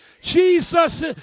Jesus